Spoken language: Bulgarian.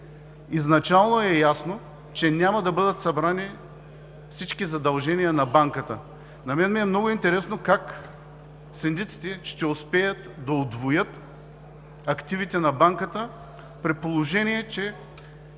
Изначално е ясно, че няма да бъдат събрани всички задължения на банката. Много ми е интересно как синдиците ще успеят да удвоят активите на банката, при положение че